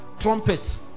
trumpets